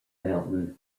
mountain